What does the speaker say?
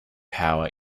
power